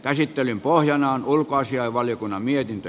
käsittelyn pohjana on ulkoasiainvaliokunnan mietintö